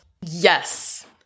Yes